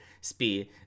speed